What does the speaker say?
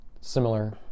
similar